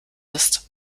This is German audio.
ist